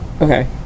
Okay